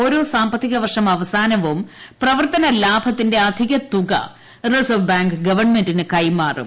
ഓരോ സാമ്പത്തിക വർഷം അവസാനവും പ്രവർത്തന ലാഭത്തിന്റെ അധികതുക റിസർവ് ബാങ്ക് ഗവൺമെന്റിന് കൈമാറും